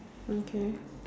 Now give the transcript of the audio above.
okay